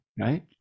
right